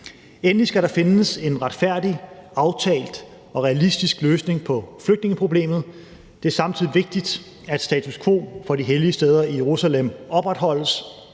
Endelig skal der findes en retfærdig, aftalt og realistisk løsning på flygtningeproblemet. Det er samtidig vigtigt, at status quo for de hellige steder i Jerusalem opretholdes.